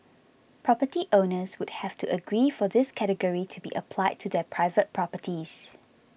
property owners would have to agree for this category to be applied to their private properties